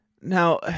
Now